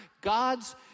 God's